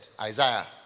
Isaiah